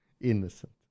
Innocent